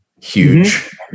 huge